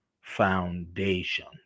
foundation